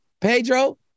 Pedro